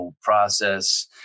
process